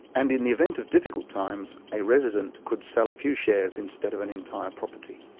and in the event of difficult times, a resident could sell a few shares instead of an entire property.